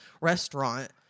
restaurant